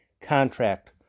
contract